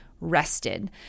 rested